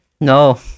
No